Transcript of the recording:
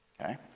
okay